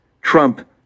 Trump